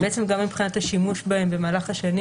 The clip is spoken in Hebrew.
וגם מבחינתה שימוש בהן במהלך השנים.